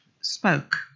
spoke